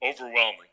overwhelming